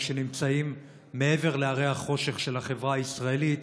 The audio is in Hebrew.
שנמצאים מעבר להרי החושך של החברה הישראלית,